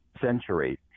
century